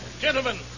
Gentlemen